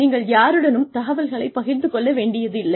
நீங்கள் யாருடனும் தகவல்களை பகிர்ந்து கொள்ள வேண்டியதில்லை